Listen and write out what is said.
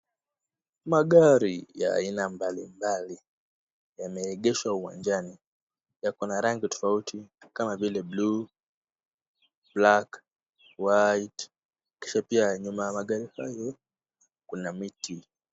Magari ya aina mbali mbali yameegeshwa uwanjani. Yako na rangi tofauti kama vile blue, black, white kisha pia nyuma ya magari hayo kuna miti.